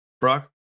Brock